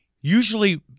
Usually